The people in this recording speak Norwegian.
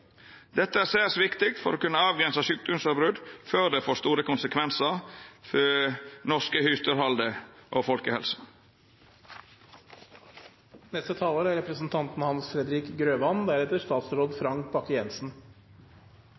Dette er særs viktig for å kunna avgrensa sjukdomsutbrot før det får store konsekvensar for det norske husdyrhaldet og